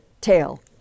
tail